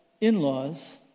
in-laws